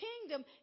kingdom